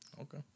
Okay